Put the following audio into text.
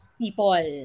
people